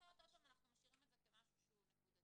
אחרת אנחנו עוד פעם משאירים את זה כמשהו שהוא נקודתי.